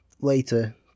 later